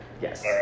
Yes